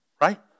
Right